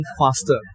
faster